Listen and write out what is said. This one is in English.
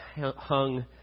hung